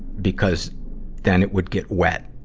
because then it would get wet,